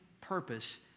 purpose